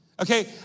Okay